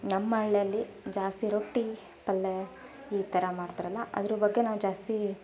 ನಮ್ಮ ಹಳ್ಳಿಯಲ್ಲಿ ಜಾಸ್ತಿ ರೊಟ್ಟಿ ಪಲ್ಯ ಈ ಥರ ಮಾಡ್ತಾರಲ್ಲ ಅದ್ರ ಬಗ್ಗೆ ನಾವು ಜಾಸ್ತಿ